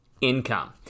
income